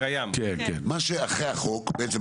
ומה שאחרי החוק בעצם,